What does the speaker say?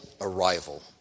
arrival